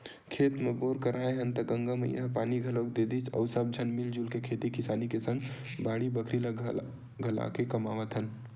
खेत म बोर कराए हन त गंगा मैया ह पानी घलोक दे दिस अउ सब झन मिलजुल के खेती किसानी के सग बाड़ी बखरी ल घलाके कमावत हन